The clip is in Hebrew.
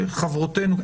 לחברותינו.